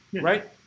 right